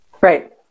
Right